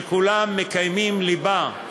שכולם מקיימים ליבה,